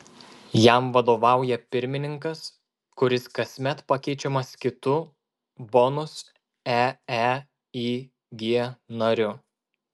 jam vadovauja pirmininkas kuris kasmet pakeičiamas kitu bonus eeig nariu